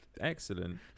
excellent